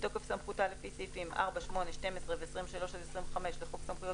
בתוקף סמכותה לפי סעיפים 4. 8. 12 ו-23 עד 25 לחוק סמכויות